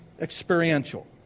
experiential